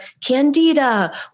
Candida